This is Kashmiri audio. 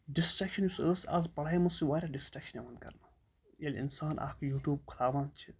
ڈِسٹرٛیکشَن یُس ٲس آز پَژھاے منٛز سُہ چھِ واریاہ ڈِسٹرٛیکشَن یِوان کَرنہٕ ییٚلہِ اِنسان اَکھ یوٗٹیوٗب کھُلاوان چھِ